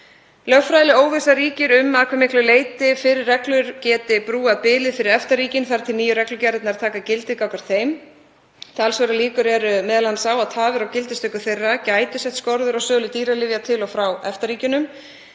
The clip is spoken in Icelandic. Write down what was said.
Lögfræðileg óvissa ríkir um að hve miklu leyti fyrri reglur geti brúað bilið fyrir EFTA-ríkin þar til nýju reglugerðirnar taka gildi gagnvart þeim. Talsverðar líkur eru á að tafir á gildistöku þeirra gætu sett skorður á sölu dýralyfja til og frá EFTA-ríkjunum.